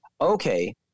okay